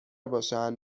باشن